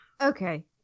Okay